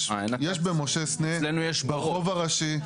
יש במשה סנה ברחוב הראשי,